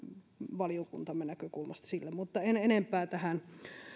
valiokuntamme näkökulmasta sille en enempää tähän